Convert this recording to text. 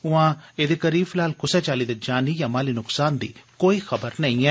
उआं एहृदे करी फिलहाल कुसै चाल्ली दे जानी जां मालीनसकान दी कोई खबर नेई ऐ